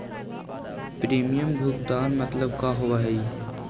Premium भुगतान मतलब का होव हइ?